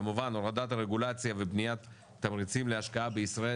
כמובן הורדת הרגולציה ובניית תמריצים להשקעה בישראל,